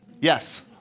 Yes